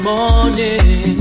morning